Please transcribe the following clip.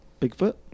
bigfoot